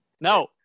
No